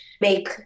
make